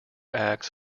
acts